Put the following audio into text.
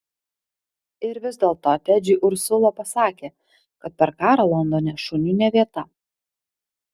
ir vis dėlto tedžiui ursula pasakė kad per karą londone šuniui ne vieta